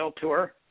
Tour